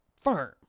firm